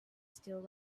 still